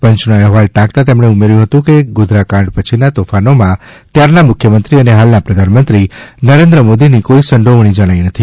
પંચનો અહેવાલ ટાંકતા તેમણે ઉમેર્યું હતું કે ગોધરા કાંડ પછી ના તોફાનોમાં ત્યારના મુખ્યમંત્રી અને હાલના પ્રધાનમંત્રી નરેન્દ્ર મોદીની કોઇ સંડોવણી જણાઈ નથી